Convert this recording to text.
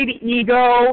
ego